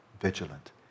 vigilant